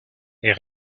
les